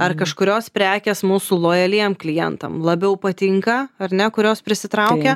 ar kažkurios prekės mūsų lojaliem klientam labiau patinka ar ne kurios prisitraukia